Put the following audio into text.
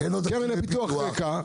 אין לו היטל השבחה, אין לו תקציבי פיתוח.